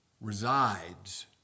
resides